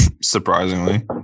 surprisingly